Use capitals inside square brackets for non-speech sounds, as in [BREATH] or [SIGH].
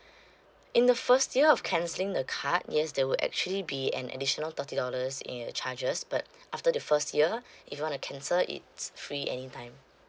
[BREATH] in the first year of cancelling the card yes there would actually be an additional thirty dollars in the charges but after the first year if you want to cancel it's free anytime